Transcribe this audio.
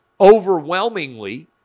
overwhelmingly